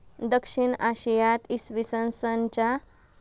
दक्षिण आशियात इसवी सन च्या खूप आधीपासून मेहरगडमध्ये मेंढ्या पाळल्या जात असत